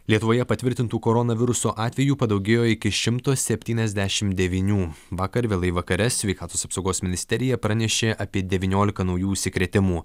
lietuvoje patvirtintų koronaviruso atvejų padaugėjo iki šimto septyniasdešimt devynių vakar vėlai vakare sveikatos apsaugos ministerija pranešė apie devyniolika naujų užsikrėtimų